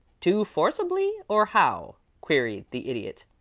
too forcibly, or how? queried the idiot.